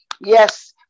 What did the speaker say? yes